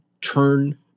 turn